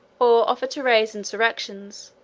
or offer to raise insurrections,